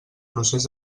procés